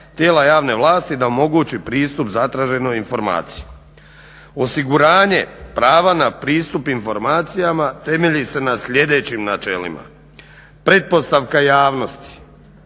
tijela javne vlasti da omogući pristup zatraženoj informaciji. Osiguranje prava na pristup informacijama temelji se na sljedećim načelima. Pretpostavka javnosti,